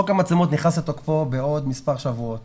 חוק המצלמות נכנס לתוקפו בעוד מספר שבועות